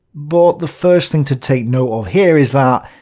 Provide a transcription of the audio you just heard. but the first thing to take note of here is that,